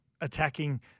attacking